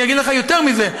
אני אומר לך יותר מזה,